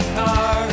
car